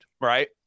Right